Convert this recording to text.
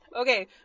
Okay